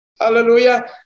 Hallelujah